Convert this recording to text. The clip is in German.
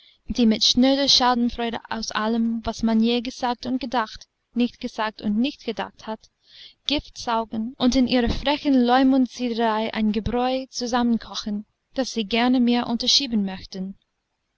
die mit schnöder schadenfreude aus allem was man je gesagt und gedacht nicht gesagt und nicht gedacht hat gift saugen und in ihrer frechen leumundsiederei ein gebräu zusammenkochen das sie gerne mir unterschieben möchten